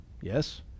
Yes